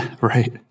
Right